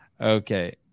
Okay